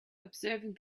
observing